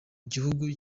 gihugu